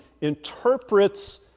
interprets